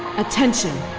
attention